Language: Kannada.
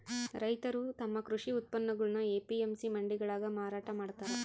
ರೈತರು ತಮ್ಮ ಕೃಷಿ ಉತ್ಪನ್ನಗುಳ್ನ ಎ.ಪಿ.ಎಂ.ಸಿ ಮಂಡಿಗಳಾಗ ಮಾರಾಟ ಮಾಡ್ತಾರ